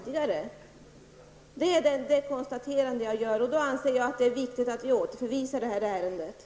Det är de konstateranden som jag kan göra. Därför anser jag det viktigt att ärendet återförvisas.